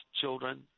children